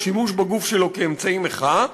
שימוש בגוף שלו כאמצעי מחאה.